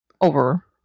over